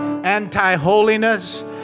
anti-holiness